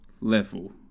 level